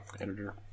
editor